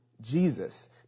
Jesus